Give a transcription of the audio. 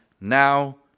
now